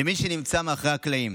למי שנמצאים מאחורי הקלעים